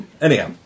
Anyhow